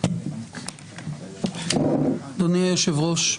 אדוני היושב-ראש,